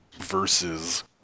versus